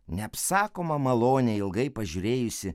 neapsakomą malonę ilgai pažiūrėjusi